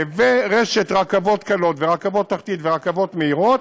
ורשת רכבות קלות ורכבות תחתית ורכבות מהירות